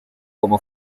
como